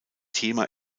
thema